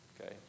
Okay